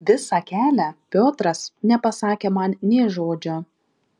visą kelią piotras nepasakė man nė žodžio